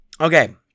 Okay